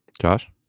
Josh